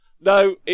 No